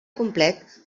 complet